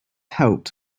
helped